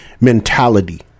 mentality